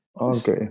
Okay